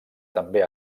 també